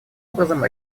образом